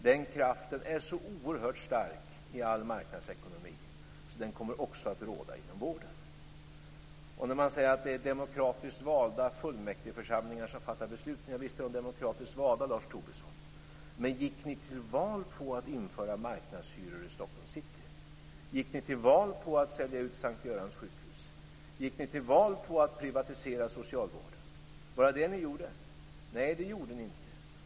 Den kraften är så oerhört stark i all marknadsekonomi att den också kommer att råda inom vården. Man säger att det är demokratiskt valda fullmäktigeförsamlingar som fattar besluten. Visst är de demokratiskt valda, Lars Tobisson. Men gick ni till val på att införa marknadshyror i Stockholms city? Gick ni till val på att sälja ut S:t Görans sjukhus? Gick ni till val på att privatisera socialvården? Gjorde ni det? Nej, det gjorde ni inte.